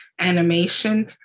animation